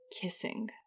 kissing